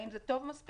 האם זה טוב מספיק?